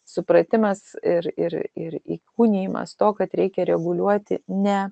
supratimas ir ir ir įkūnijimas to kad reikia reguliuoti ne